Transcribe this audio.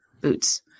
boots